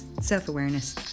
self-awareness